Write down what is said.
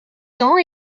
temps